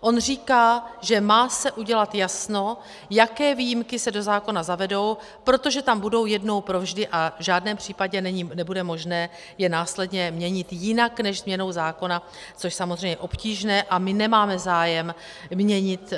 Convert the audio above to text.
On říká, že se má udělat jasno, jaké výjimky se do zákona zavedou, protože tam budou jednou provždy a v žádném případě nebude možné je následně měnit jinak než změnou zákona, což je samozřejmě obtížné, a my nemáme zájem měnit